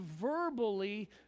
verbally